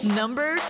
number